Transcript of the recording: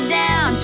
down